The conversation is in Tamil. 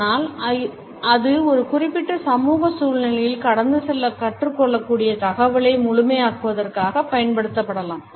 ஆனால் அது ஒரு குறிப்பிட்ட சமூக சூழ்நிலையில் கடந்து செல்ல கற்றுக் கொள்ளக்கூடிய தகவலை முழுமையாக்குவதற்காக பயன்படுத்தப்படலாம்